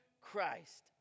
Christ